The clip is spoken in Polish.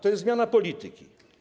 To jest zmiana polityki.